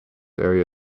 area